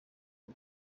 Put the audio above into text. ubu